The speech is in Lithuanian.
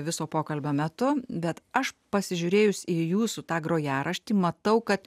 viso pokalbio metu bet aš pasižiūrėjus į jūsų tą grojaraštį matau kad